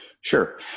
Sure